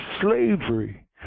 slavery